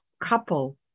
couple